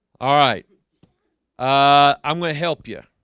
ah right i'm gonna help you.